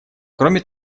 кроме